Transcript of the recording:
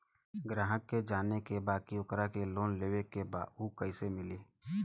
ग्राहक के ई जाने के बा की ओकरा के लोन लेवे के बा ऊ कैसे मिलेला?